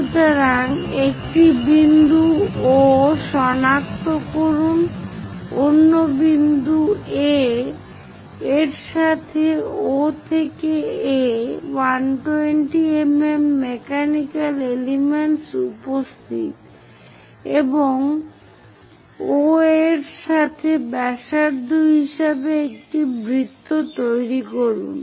সুতরাং একটি বিন্দু O সনাক্ত করুন অন্য বিন্দু A এর সাথে O থেকে A 120 mm মেকানিক্যাল এলিমেন্টস উপস্থিত এবং OA এর সাথে ব্যাসার্ধ হিসাবে একটি বৃত্ত তৈরি করুন